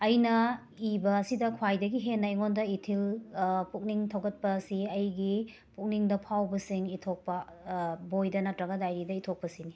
ꯑꯩꯅ ꯏꯕ ꯑꯁꯤꯗ ꯈ꯭ꯋꯥꯏꯗꯒꯤ ꯍꯦꯟꯅ ꯑꯩꯉꯣꯟꯗ ꯏꯊꯤꯜ ꯄꯨꯛꯅꯤꯡ ꯊꯧꯒꯠꯄ ꯑꯁꯤ ꯑꯩꯒꯤ ꯄꯨꯛꯅꯤꯡꯗ ꯐꯥꯎꯕꯁꯤꯡ ꯏꯊꯣꯛꯄ ꯕꯣꯏꯗ ꯅꯠꯇ꯭ꯔꯒ ꯗꯥꯏꯔꯤꯗ ꯏꯊꯣꯛꯄ ꯑꯁꯤꯅꯤ